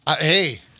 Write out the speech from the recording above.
Hey